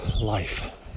life